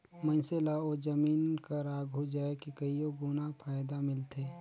मइनसे ल ओ जमीन कर आघु जाए के कइयो गुना फएदा मिलथे